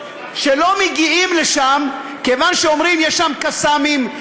שלא מגיעים לשם כיוון שאומרים: יש שם קסאמים,